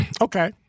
Okay